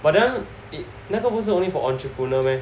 but that [one] 那个不是 for entrepreneur meh